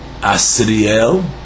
Asriel